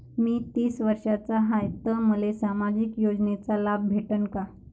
मी तीस वर्षाचा हाय तर मले सामाजिक योजनेचा लाभ भेटन का?